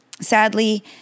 Sadly